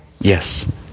Yes